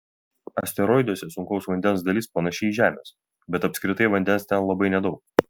asteroiduose sunkaus vandens dalis panaši į žemės bet apskritai vandens ten labai nedaug